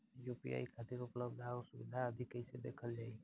UPI खातिर उपलब्ध आउर सुविधा आदि कइसे देखल जाइ?